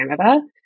Canada